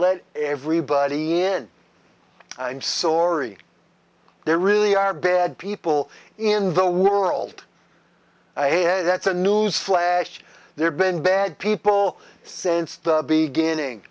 let everybody n i'm sorry there really are bad people in the world that's a newsflash there been bad people since the beginning